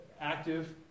active